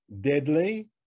deadly